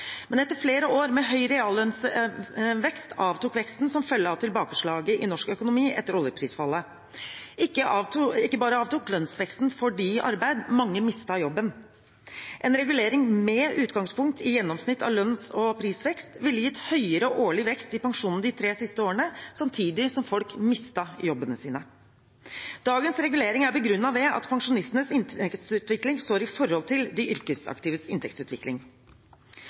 Men etter flere år med høy reallønnsvekst avtok veksten som følge av tilbakeslaget i norsk økonomi etter oljeprisfallet. Ikke bare avtok lønnsveksten for dem i arbeid. Mange mistet jobben. En regulering med utgangspunkt i gjennomsnitt av lønns- og prisvekst ville gitt høyere årlig vekst i pensjonen de tre siste årene, samtidig som folk mistet jobbene sine. Dagens regulering er begrunnet med at pensjonistenes inntektsutvikling står i forhold til de yrkesaktives inntektsutvikling.